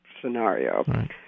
scenario